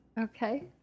Okay